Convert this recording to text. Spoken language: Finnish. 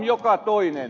joka toinen